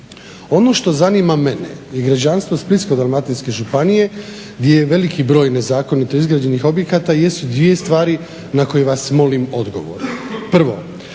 Ono što zanima mene i građanstvo Splitsko-dalmatinske županije gdje je veliki broj nezakonito izgrađenih objekata jesu dvije stvari na koje vas molim odgovor.